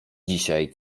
dzisiaj